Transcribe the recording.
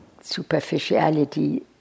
superficiality